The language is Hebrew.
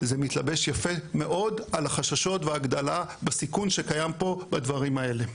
זה מתלבש יפה מאוד על החששות וההגדלה בסיכון שקיים פה בדברים האלה.